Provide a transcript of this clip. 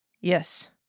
Yes